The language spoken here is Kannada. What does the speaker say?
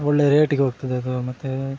ಒಳ್ಳೆಯ ರೇಟಿಗೆ ಹೋಗ್ತದೆ ಅದು ಮತ್ತೆ